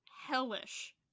hellish